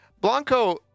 Blanco